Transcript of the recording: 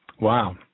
Wow